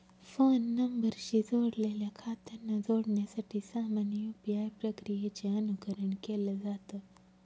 phone नंबरशी जोडलेल्या खात्यांना जोडण्यासाठी सामान्य यू.पी.आय प्रक्रियेचे अनुकरण केलं जात